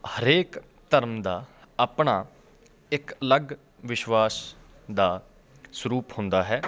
ਹਰੇਕ ਧਰਮ ਦਾ ਆਪਣਾ ਇੱਕ ਅਲੱਗ ਵਿਸ਼ਵਾਸ ਦਾ ਸਰੂਪ ਹੁੰਦਾ ਹੈ